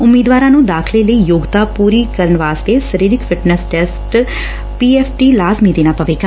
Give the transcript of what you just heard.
ਉਮੀਦਵਾਰਾਂ ਨੂੰ ਦਾਖ਼ਲੇ ਲਈ ਯੋਗਤਾ ਪੁਰੀ ਕਰਨ ਵਾਸਤੇ ਸਰੀਰਕ ਫਿਟਨੈੱਸ ਟੈਸਟ ਪੀਐਫਟੀ ਲਾਜ਼ਮੀ ਦੇਣਾ ਪਵੇਗਾ